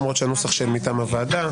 למרות שהנוסח מטעם הוועדה,